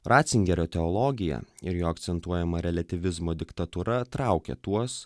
ratzingerio teologija ir jo akcentuojama reliatyvizmo diktatūra traukė tuos